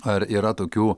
ar yra tokių